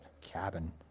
Cabin